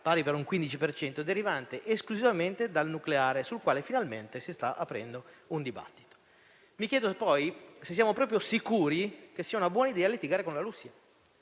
15 per cento, derivante esclusivamente dal nucleare, sul quale finalmente si sta aprendo un dibattito. Mi chiedo poi se siamo proprio sicuri che sia una buona idea litigare con la Russia,